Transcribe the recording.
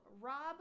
Rob